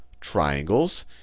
triangles